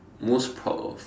most proud of